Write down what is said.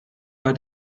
bei